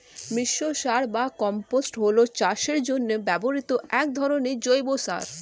মিশ্র সার বা কম্পোস্ট হল চাষের জন্য ব্যবহৃত এক ধরনের জৈব সার